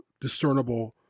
discernible